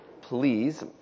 please